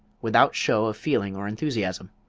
without show of feeling or enthusiasm.